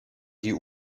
die